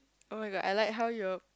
[oh]-my-god I like how your